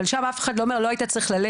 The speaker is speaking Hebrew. אז יש הרבה מאוד